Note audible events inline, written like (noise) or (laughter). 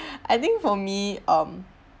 (breath) I think for me um